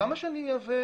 למה שאני אייבא?